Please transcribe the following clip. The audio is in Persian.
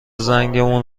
زنگمون